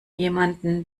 jemanden